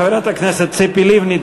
חברת הכנסת ציפי לבני,